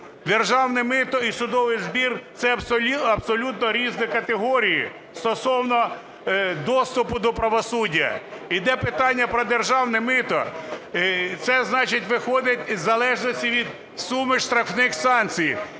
Державне мито і судовий збір – це абсолютно різні категорії стосовно доступу до правосуддя. Іде питання про державне мито – це значить виходить із залежності від суми штрафних санкцій.